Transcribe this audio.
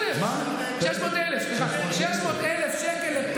עכשיו שמעתי שיש איזה אחד,